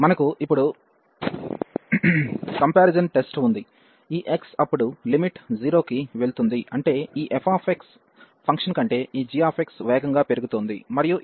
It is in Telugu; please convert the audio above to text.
మనకు ఇప్పుడు కంపారిజన్ టెస్ట్ ఉంది ఈ x అప్పుడు లిమిట్ 0 కి వెళుతుంది అంటే ఈ f ఫంక్షన్ కంటే ఈ g వేగంగా పెరుగుతోంది మరియు ఇది ఇక్కడ 1x2 మన g